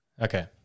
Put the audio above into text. Okay